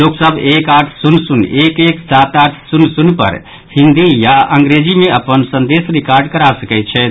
लोक सभ एक आठ शून्य शून्य एक एक सात आठ शून्य शून्य पर हिन्दी या अंग्रेजी मे अपन संदेश रिकॉर्ड करा सकैत छथि